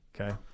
Okay